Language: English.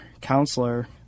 counselor